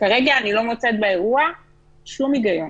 כרגע אני לא מוצאת באירוע שום היגיון.